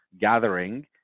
gathering